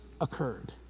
occurred